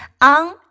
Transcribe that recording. on